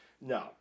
no